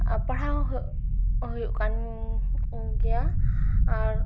ᱯᱟᱲᱦᱟᱣ ᱦᱚᱸ ᱦᱩᱭᱩᱜ ᱦᱩᱭᱩᱜ ᱠᱟᱱ ᱜᱮᱭᱟ ᱟᱨ